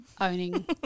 owning